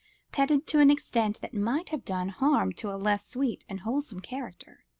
petted to an extent that might have done harm to a less sweet and wholesome character.